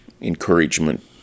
encouragement